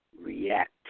react